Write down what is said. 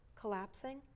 collapsing